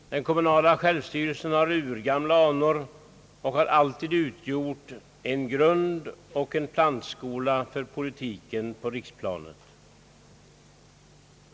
Den kommunala självstyrelsen har urgamla anor och har alltid utgjort en grund och en plantskola för politiken på riksplanet.